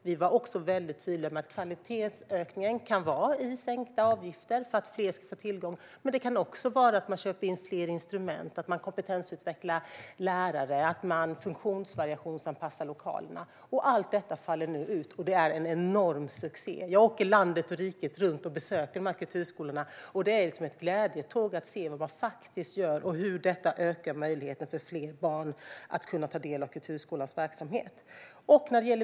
Vi var tydliga med att kvalitetsökningen kan vara sänkta avgifter för att fler ska få tillgång men att det också kan vara att köpa in fler instrument, att kompetensutveckla lärare och att funktionsvariationsanpassa lokalerna. Allt detta faller nu ut, och det är en enorm succé. Jag åker land och rike runt och besöker kulturskolor, och det är en glädje att se vad de gör och hur detta ökar möjligheten för fler barn att ta del av kulturskolornas verksamhet.